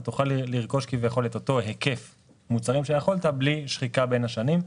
אתה תוכל לרכוש כביכול את אותו היקף מוצרים שיכולת בלי שחיקה בשנים.